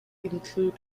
include